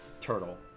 turtle